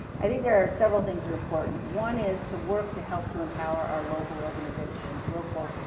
i think there are several things that are important. one is to work, to help, to empower our local organizations, local,